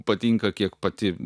patinka kiek pati